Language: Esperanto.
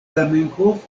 zamenhof